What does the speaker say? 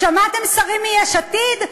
שמעתם שרים מיש עתיד?